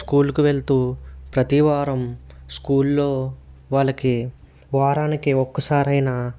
స్కూల్కి వెళ్తూ ప్రతి వారం స్కూల్లో వాళ్ళకి వారానికి ఒక్కసారైనా